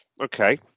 Okay